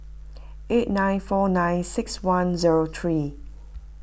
eight nine four nine six one zero three